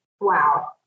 Wow